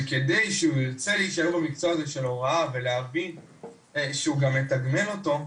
וכדי שהוא ירצה להישאר במקצוע הזה של הוראה ולהרגיש שהוא גם מתגמל אותו,